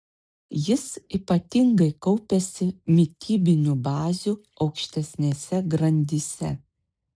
jis ypatingai kaupiasi mitybinių bazių aukštesnėse grandyse